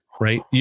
right